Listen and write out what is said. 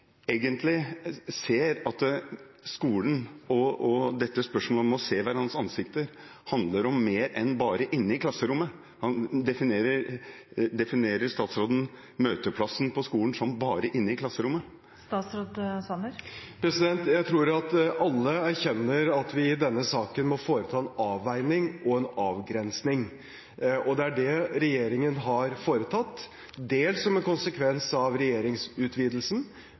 egentlig ser at spørsmålet om å se hverandres ansikter handler om mer enn bare inne i klasserommet? Definerer statsråden møteplasser på skolen som bare inne i klasserommet? Jeg tror alle erkjenner at vi i denne saken må foreta en avveining og en avgrensning. Og det er det regjeringen har foretatt, dels som en konsekvens av regjeringsutvidelsen,